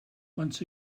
once